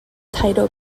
title